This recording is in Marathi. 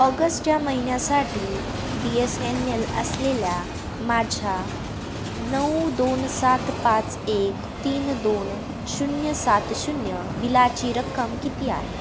ऑगस्ट या महिन्यासाठी बी एस एन एल असलेल्या माझ्या नऊ दोन सात पाच एक तीन दोन शून्य सात शून्य बिलाची रक्कम किती आहे